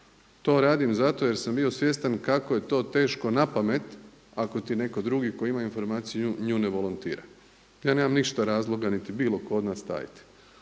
To radim zato jer sam bio svjestan kako je to teško na pamet ako ti netko drugi koji ima informaciju nju ne volontira. Ja nemam ništa razloga ni bilo tko od nas tajiti.